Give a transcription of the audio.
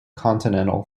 continental